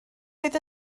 oedd